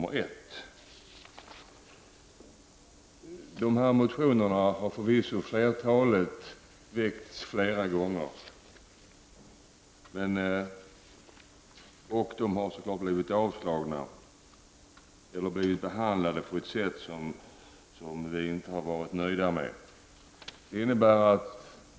Flertalet av dessa motioner har förvisso väckts flera gånger tidigare och blivit avslagna eller blivit behandlade på ett sätt som vi moderater inte har varit nöjda med.